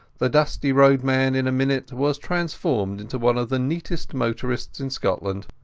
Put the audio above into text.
the dusty roadman in a minute was transformed into one of the neatest motorists in scotland.